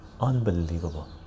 unbelievable